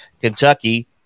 Kentucky